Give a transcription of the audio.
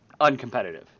uncompetitive